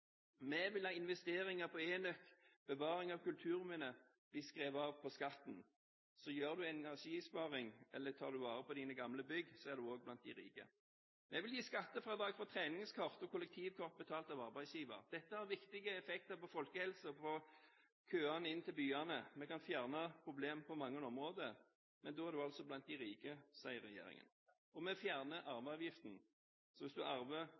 Vi vil at investeringer på enøk og bevaring av kulturminner blir skrevet av på skatten. Så gjør du energisparing, eller tar du vare på dine gamle bygg, er du også blant de rike. Vi vil gi skattefradrag for treningskort og kollektivkort betalt av arbeidsgiver. Dette har viktige effekter på folkehelsen og for køene inn til byene. Vi kan fjerne problemer på mange områder. Men da er du altså blant de rike, sier regjeringen. Vi fjerner arveavgiften. Hvis du